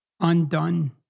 undone